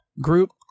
group